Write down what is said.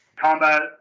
combat